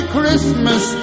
Christmas